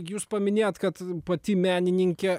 jūs paminėjot kad pati menininkė